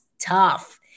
tough